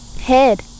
Head